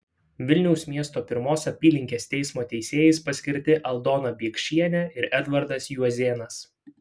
vilniaus miesto pirmos apylinkės teismo teisėjais paskirti aldona biekšienė ir edvardas juozėnas